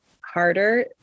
harder